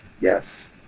Yes